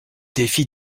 défi